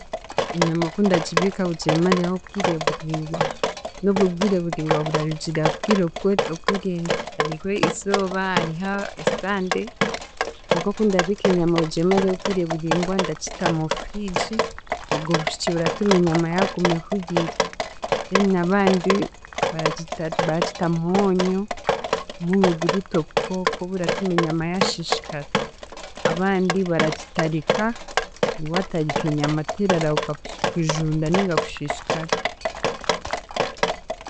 Enyama oku ndagibiika kugira emareho obwire buringwa, n'obwo bwire buringa burarugiirira ha bwire obwo obworenda; hariho izooba, hariho esande, konka okundabiika enyama kugira ngu emareho obwire buringwa ndagita mu furiigi, obwo bufuki eratuma enyama yaaguma ehuriire then abandi bara baragita mu mwonyo, omwonyo guriita obukooko oburatuma enyama yaashiishikara, abandi baragitarika, waatarika enyama terarahuka kushi kujunda ninga kushiishikara.